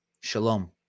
shalom